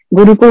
Guru